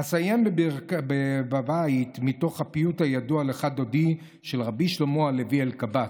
אסיים בבית מתוך הפיוט הידוע "לכה דודי" של רבי שלמה הלוי אלקבץ: